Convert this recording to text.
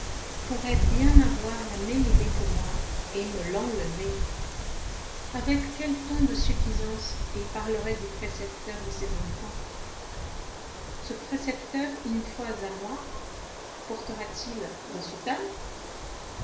pourrait bien avoir la même idée que moi et me l'enlever avec quel ton de suffisance il parlerait du précepteur de ses enfants ce précepteur une fois à moi portera t il la soutane